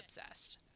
obsessed